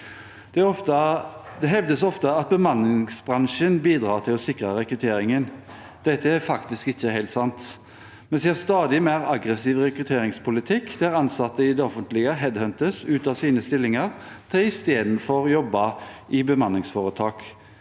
Det hevdes ofte at bemanningsbransjen bidrar til å sikre rekrutteringen. Dette er faktisk ikke helt sant. Vi ser stadig mer aggressiv rekrutteringspolitikk der ansatte i det offentlige headhuntes fra sine stillinger til istedenfor å jobbe i bemanningsforetak.